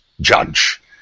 judge